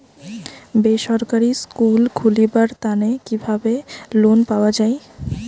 বেসরকারি স্কুল খুলিবার তানে কিভাবে লোন পাওয়া যায়?